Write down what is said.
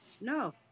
no